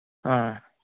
ꯑꯥ